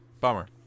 bummer